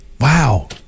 Wow